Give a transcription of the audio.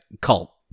cult